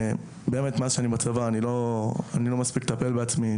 מאז שאני בצבא אני לא מספיק לטפל בעצמי.